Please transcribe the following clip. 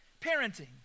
parenting